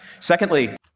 Secondly